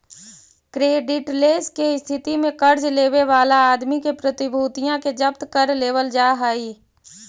creditless के स्थिति में कर्ज लेवे वाला आदमी के प्रतिभूतिया के जब्त कर लेवल जा हई